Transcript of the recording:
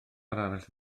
arall